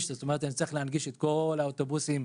אני אצטרך להנגיש את כל האוטובוסים,